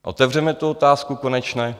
Otevřeme tu otázku konečně?